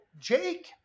jake